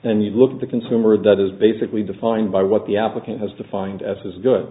and you look at the consumer debt is basically defined by what the applicant has defined as his good